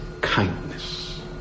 kindness